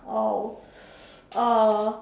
oh uh